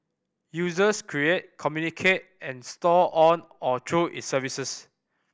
users create communicate and store on or through its services